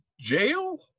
jail